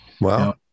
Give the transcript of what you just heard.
Wow